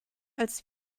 als